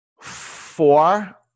four